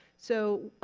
so